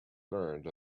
learned